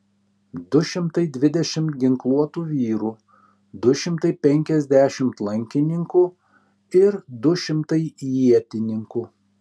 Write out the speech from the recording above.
du šimtai dvidešimt ginkluotų vyrų du šimtai penkiasdešimt lankininkų ir du šimtai ietininkų